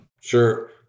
Sure